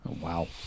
Wow